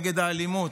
נגד האלימות,